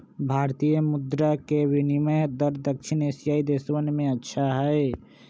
भारतीय मुद्र के विनियम दर दक्षिण एशियाई देशवन में अच्छा हई